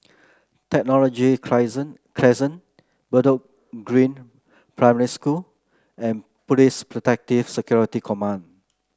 Technology Crescent Bedok Green Primary School and Police Protective Security Command